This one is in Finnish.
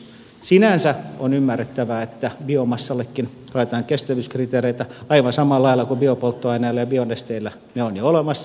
sinänsä on ymmärrettävää että biomassallekin haetaan kestävyyskriteereitä aivan samalla lailla kuin biopolttoaineilla ja bionesteillä ne ovat jo olemassa